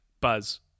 Buzz